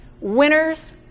winners